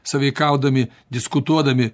sąveikaudami diskutuodami